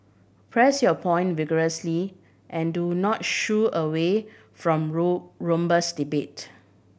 press your point vigorously and do not shu away from robust debate